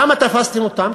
למה תפסתם אתם?